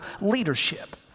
leadership